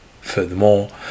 Furthermore